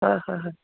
হয় হয় হয়